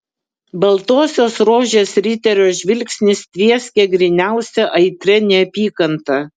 baltosios rožės riterio žvilgsnis tvieskė gryniausia aitria neapykanta